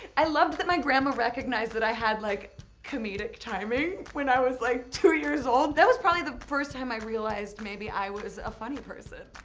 i loved that my grandma recognized that i had like comedic timing when i was like two years old. that was probably the first time i realized maybe i was a funny person.